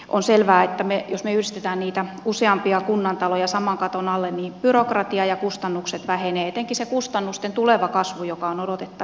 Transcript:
on selvää että ne eristetään niitä useampia kunnantaloja saman katon alle niin byrokratia ja kustannukset vähenee teki sen kustannusten tuleva kasvu joka on ollut että